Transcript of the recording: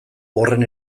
horren